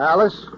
Alice